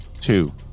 two